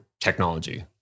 technology